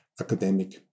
academic